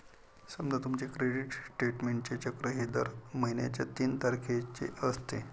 समजा तुमचे क्रेडिट स्टेटमेंटचे चक्र हे दर महिन्याच्या तीन तारखेचे असते